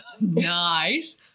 Nice